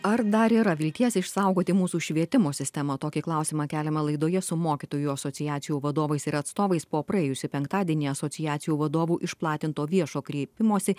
ar dar yra vilties išsaugoti mūsų švietimo sistemą tokį klausimą keliame laidoje su mokytojų asociacijų vadovais ir atstovais po praėjusį penktadienį asociacijų vadovų išplatinto viešo kreipimosi